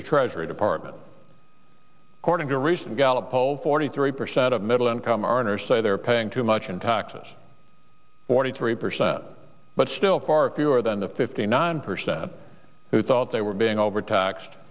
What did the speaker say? the treasury department according to a recent gallup poll forty three percent of middle income earners say they're paying too much in taxes forty three percent but still far fewer than the fifty nine percent who thought they were being overtaxed